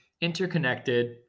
interconnected